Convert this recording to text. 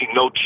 no